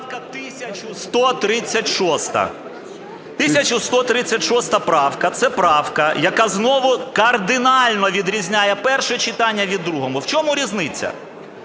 1136 правка – це правка, яка знову кардинально відрізняє перше читання від другого. В чому різниця?